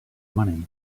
money